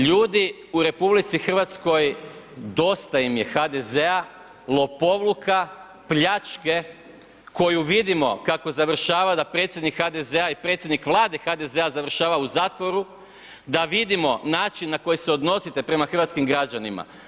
Ljudi u RH, dosta im je HDZ-a, lopovluka, pljačke koju vidimo kako završava, da predsjednik HDZ-a i predsjednik Vlade HDZ-a završava u zatvoru, da vidimo način na koji se odnosite prema hrvatskim građanima.